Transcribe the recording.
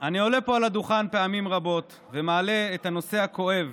אני עולה פה על הדוכן פעמים רבות ומעלה את הנושא הכואב